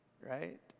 right